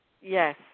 Yes